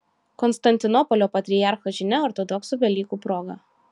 konstantinopolio patriarcho žinia ortodoksų velykų proga